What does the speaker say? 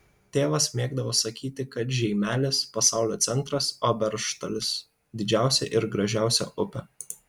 tėvas mėgdavo sakyti kad žeimelis pasaulio centras o beržtalis didžiausia ir gražiausia upė